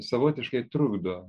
savotiškai trukdo